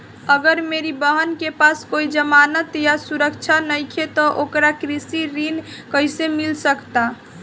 अगर मेरी बहन के पास कोई जमानत या सुरक्षा नईखे त ओकरा कृषि ऋण कईसे मिल सकता?